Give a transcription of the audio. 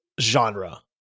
genre